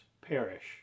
Perish